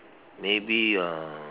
maybe uh